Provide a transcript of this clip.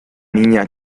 niña